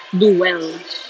do well